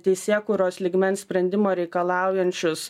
teisėkūros lygmens sprendimo reikalaujančius